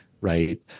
right